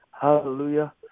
Hallelujah